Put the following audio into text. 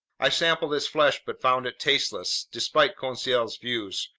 i sampled its flesh but found it tasteless, despite conseil's views,